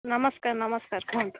ନମସ୍କାର ନମସ୍କାର କୁହନ୍ତୁ